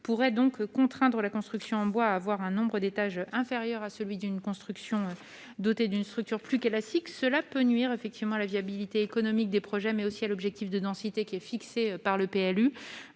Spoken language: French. pourrait contraindre les constructions en bois à avoir un nombre d'étages inférieur à celui de constructions dotées d'une structure plus classique. Cela peut effectivement nuire à la viabilité économique des projets, mais aussi aller à l'encontre de l'objectif de densité fixé par le PLU.